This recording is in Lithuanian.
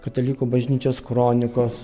katalikų bažnyčios kronikos